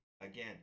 again